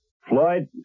floyd